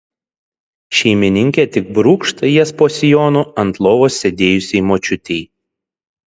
šeimininkė tik brūkšt jas po sijonu ant lovos sėdėjusiai močiutei